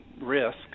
risk